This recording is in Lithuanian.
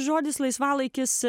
žodis laisvalaikis